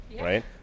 right